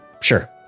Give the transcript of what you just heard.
Sure